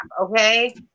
okay